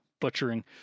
butchering